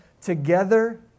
together